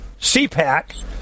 CPAC